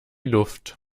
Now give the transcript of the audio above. luft